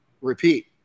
Repeat